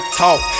talk